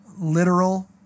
literal